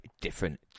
different